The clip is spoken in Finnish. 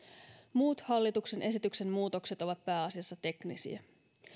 muut hallituksen esityksen muutokset ovat pääasiassa teknisiä